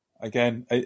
Again